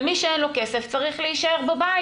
ומי שאין לו כסף צריך להישאר בבית.